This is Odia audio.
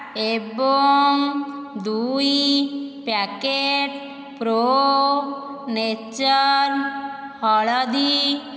ଏବଂ ଦୁଇ ପ୍ୟାକେଟ୍ ପ୍ରୋ ନେଚର୍ ହଳଦୀ